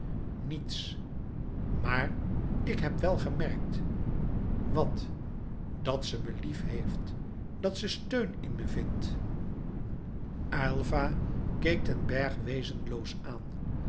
niets maar ik heb wel gemerkt wat dat ze me liefheeft dat ze steun in me vindt aylva keek den bergh wezenloos aan